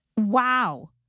Wow